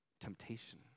temptation